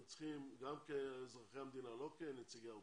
אתם צריכים גם כאזרחי המדינה, לא כנציגי האוצר,